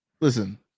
listen